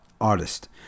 artist